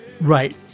right